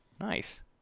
nice